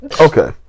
Okay